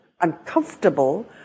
uncomfortable